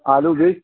آلو بیس